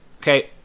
Okay